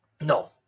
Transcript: No